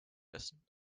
essen